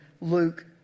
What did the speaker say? Luke